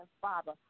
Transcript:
Father